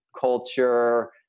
culture